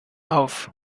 auf